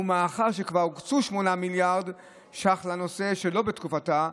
ומאחר שכבר הוקצו 8 מיליארד שקלים לנושא שלא בתקופתה,